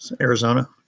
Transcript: Arizona